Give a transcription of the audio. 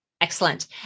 Excellent